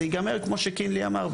זה ייגמר כמו שקינלי אמר,